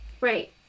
Right